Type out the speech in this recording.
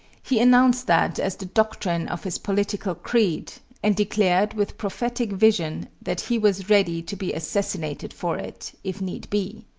he announced that as the doctrine of his political creed, and declared, with prophetic vision, that he was ready to be assassinated for it if need be.